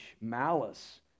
malice